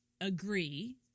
agree